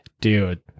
Dude